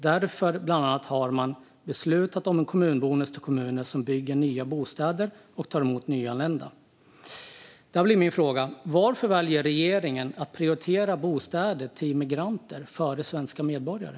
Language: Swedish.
Därför har man bland annat beslutat om en bonus till kommuner som bygger nya bostäder och tar emot nyanlända. Varför väljer regeringen att prioritera bostäder till migranter före svenska medborgare?